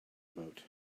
boat